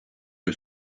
que